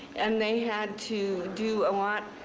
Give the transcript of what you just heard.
and they had to do a lot.